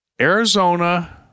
Arizona